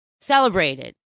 celebrated